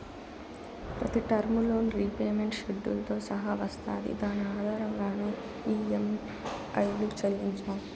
ప్రతి term loan repayment షెడ్యూల్తో సహా వస్తాది దాని ఆధారంగానే ఈ.యం.ఐలు చెల్లించాలి